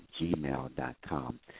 gmail.com